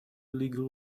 illegal